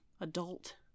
adult